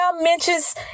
mentions